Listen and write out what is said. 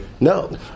no